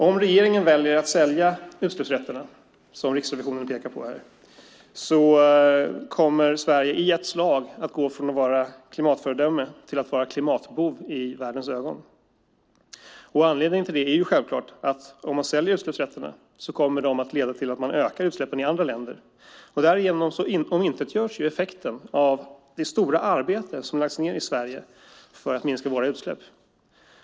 Om regeringen väljer att sälja utsläppsrätterna kommer Sverige, som Riksrevisionen pekar på, i ett slag att gå från att vara klimatföredöme till att vara klimatbov i världens ögon. Anledningen till det är självklart att om man säljer utsläppsrätterna kommer det att leda till att utsläppen ökar i andra länder. Därigenom omintetgörs effekten av det stora arbete som lagts ned i Sverige för att minska utsläppen.